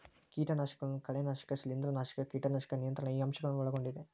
ಕೇಟನಾಶಕಗಳನ್ನು ಕಳೆನಾಶಕ ಶಿಲೇಂಧ್ರನಾಶಕ ಕೇಟನಾಶಕ ನಿಯಂತ್ರಣ ಈ ಅಂಶ ಗಳನ್ನು ಒಳಗೊಂಡಿದೆ